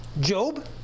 Job